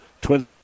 Twins